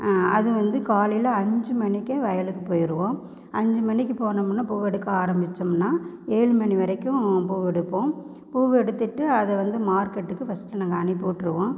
அது வந்து காலையில் அஞ்சு மணிக்கே வயலுக்கு போயிருவோம் அஞ்சு மணிக்கு போனம்னா பூவு எடுக்க ஆரம்பிச்சோம்னா ஏழு மணி வரைக்கும் பூவு எடுப்போம் பூவு எடுத்துவிட்டு அதை வந்து மார்க்கெட்டுக்கு ஃபர்ஸ்ட்டு அனுப்பிவிட்டுருவோம்